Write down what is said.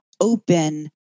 open